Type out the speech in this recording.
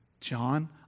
John